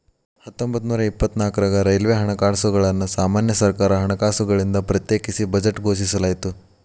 ಹತ್ತೊಂಬತ್ತನೂರ ಇಪ್ಪತ್ನಾಕ್ರಾಗ ರೈಲ್ವೆ ಹಣಕಾಸುಗಳನ್ನ ಸಾಮಾನ್ಯ ಸರ್ಕಾರ ಹಣಕಾಸುಗಳಿಂದ ಪ್ರತ್ಯೇಕಿಸಿ ಬಜೆಟ್ ಘೋಷಿಸಲಾಯ್ತ